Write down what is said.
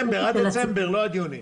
לא עד יוני.